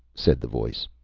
said the voice.